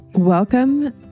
Welcome